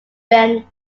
ben